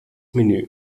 menü